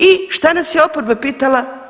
I što nas je oporba pitala?